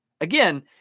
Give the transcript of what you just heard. Again